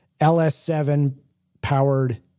LS7-powered